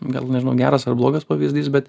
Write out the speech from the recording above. gal nežinau geras ar blogas pavyzdys bet